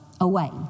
away